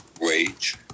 wage